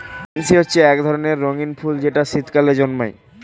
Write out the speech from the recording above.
pansy হচ্ছে এক ধরনের রঙিন ফুল যেটা শীতকালে জন্মায়